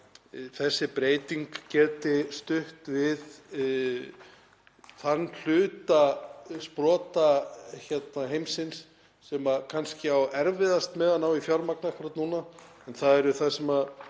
þessi breyting geti stutt við þann hluta sprotaheimsins sem kannski á erfiðast með að ná í fjármagn akkúrat núna. En það er það sem